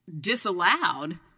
disallowed